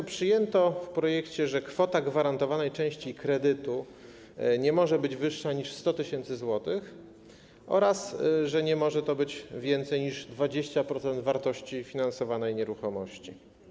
W projekcie ustawy przyjęto, że kwota gwarantowanej części kredytu nie może być wyższa niż 100 tys. zł oraz że nie może to być więcej niż 20% wartości finansowanej nieruchomości.